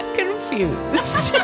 confused